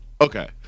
okay